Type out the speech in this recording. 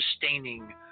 sustaining